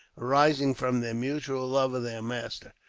arising from their mutual love of their master.